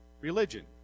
religion